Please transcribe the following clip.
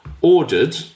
ordered